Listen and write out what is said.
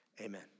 Amen